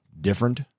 different